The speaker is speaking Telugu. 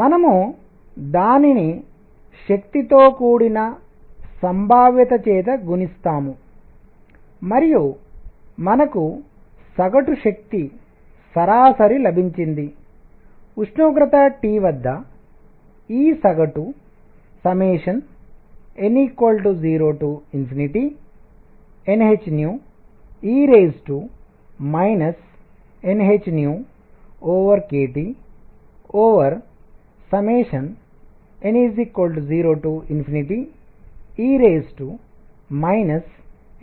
మనము దానిని శక్తితో కూడిన సంభావ్యత చేత గుణిస్తాము మరియు మనకు సగటు శక్తి సరాసరి లభించింది ఉష్ణోగ్రత T వద్ద E సగటుn 0nhe nhkTn 0e